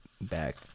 back